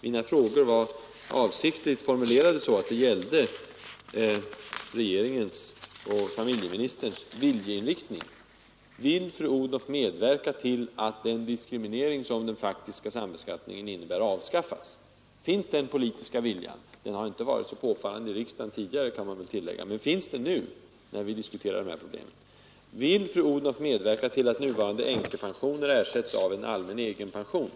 Mina frågor var avsiktligt så formulerade att de gällde regeringens och familjeministerns politiska vilja. Vill fru Odhnoff medverka till att den diskriminering som den faktiska sambeskattningen innebär avskaffas? Finns denna politiska vilja? Den har inte varit påfallande tidigare i riksdagen, kan man väl tillägga. Finns den nu när vi diskuterar dessa problem? Vill fru Odhnoff medverka till att nuvarande änkepensioner ersätts av en allmän egenpension?